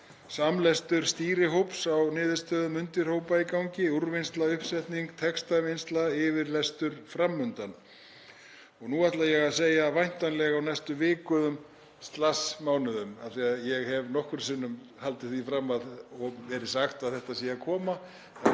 samlestur stýrihóps á niðurstöðum undirhópa er í gangi, úrvinnsla, uppsetning, textavinnsla, yfirlestur fram undan, og nú ætla ég að segja væntanlega á næstu vikum eða mánuðum af því að ég hef nokkrum sinnum haldið því fram og mér verið sagt að þetta sé að koma.